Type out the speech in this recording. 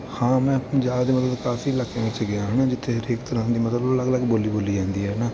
ਹਾਂ ਮੈਂ ਪੰਜਾਬ ਦੇ ਮਤਲਬ ਕਾਫ਼ੀ ਇਲਾਕਿਆਂ ਵਿਚ ਗਿਆ ਹੈ ਨਾ ਜਿੱਥੇ ਹਰੇਕ ਤਰ੍ਹਾਂ ਦੀ ਮਤਲਬ ਅਲੱਗ ਅਲੱਗ ਬੋਲੀ ਬੋਲੀ ਜਾਂਦੀ ਹੈ ਨਾ